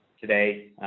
today